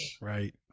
Right